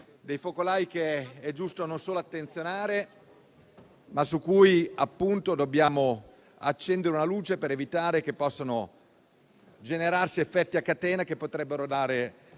non solo è giusto attenzionare, ma su cui dobbiamo accendere una luce per evitare che possano generarsi effetti a catena che potrebbero dare